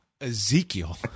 Ezekiel